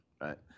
right